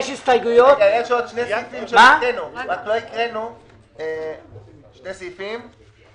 לא הקראנו שני סעיפים.